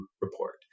report